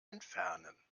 entfernen